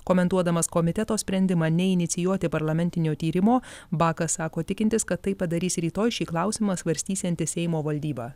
komentuodamas komiteto sprendimą neinicijuoti parlamentinio tyrimo bakas sako tikintis kad tai padarys rytoj šį klausimą svarstysianti seimo valdyba